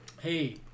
hey